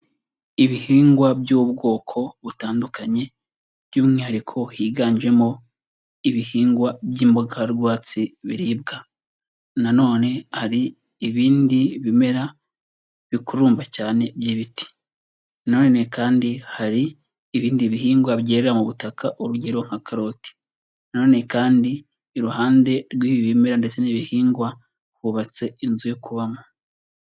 Ibihingwa by'ubwoko butandukanye by'umwihariko higanjemo ibihingwa by'imboga rwatsi biribwa, na none hari ibindi bimera bikurumba cyane by'ibiti, na none kandi hari ibindi bihingwa byerera mu butaka urugero nka karoti, na none kandi iruhande rw'ibi bimera ndetse n'ibi bihingwa hubatse inzu yo kubamo.